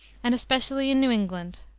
and especially in new england.